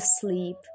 sleep